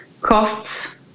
costs